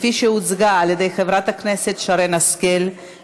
עברה בקריאה טרומית,